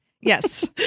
Yes